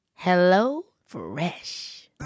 HelloFresh